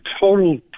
total